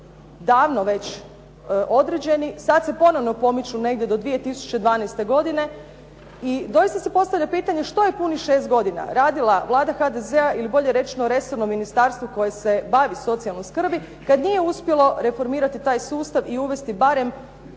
davno već određeni, sada se ponovno pomiču negdje do 2012. godine i doista se postavlja pitanje što je punih 6 godina radila vlada HDZ-a ili bolje rečeno resorno ministarstvo koje se bavi socijalnom skrbi, kada nije uspjelo reformirati taj sustav i uvesti barem